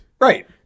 Right